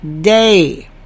day